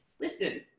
listen